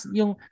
yung